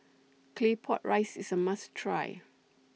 Claypot Rice IS A must Try